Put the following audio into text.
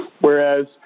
Whereas